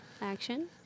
action